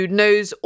knows